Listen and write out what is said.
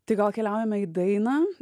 tai gal keliaujame į dainą